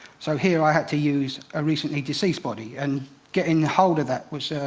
so, here i had to use a recently deceased body. and getting a hold of that was